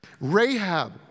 Rahab